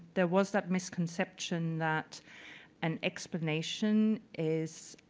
there was that misconception that an explanation is